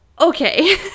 Okay